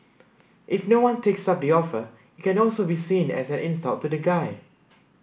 if no one takes up the offer it can also be seen as an insult to the guy